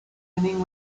winning